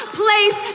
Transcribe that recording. place